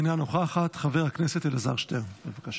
אינה נוכחת, חבר הכנסת אלעזר שטרן, בבקשה.